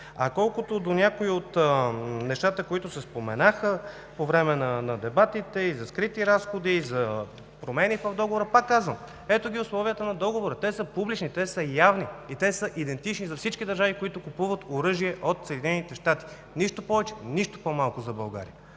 Колкото до някои от нещата, които се споменаха по време на дебатите и за скрити разходи, и за промени в договора пак казвам: ето ги условията на договора. Те са публични, те са явни и те са идентични за всички държави, които купуват оръжие от Съединените щати. Нищо повече, нищо по-малко за България,